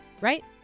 right